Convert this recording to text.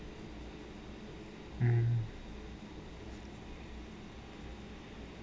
mm